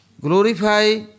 Glorify